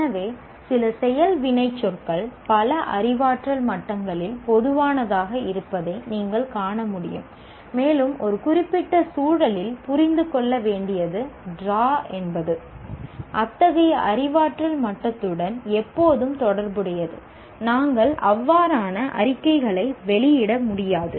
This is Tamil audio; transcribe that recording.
எனவே சில செயல் வினைச்சொற்கள் பல அறிவாற்றல் மட்டங்களில் பொதுவானதாக இருப்பதை நீங்கள் காண முடியும் மேலும் ஒரு குறிப்பிட்ட சூழலில் புரிந்து கொள்ள வேண்டியது டிரா என்பது அத்தகைய அறிவாற்றல் மட்டத்துடன் எப்போதும் தொடர்புடையது நாங்கள் அவ்வாறான அறிக்கைகளை வெளியிட முடியாது